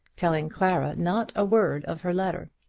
telling clara not a word of her letter,